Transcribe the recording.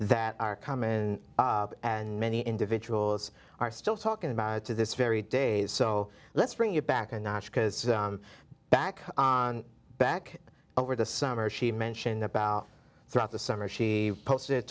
that are common and many individuals are still talking about it to this very day so let's bring it back a notch because back on back over the summer she mentioned about throughout the summer she posted